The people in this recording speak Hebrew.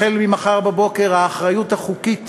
ממחר בבוקר האחריות החוקית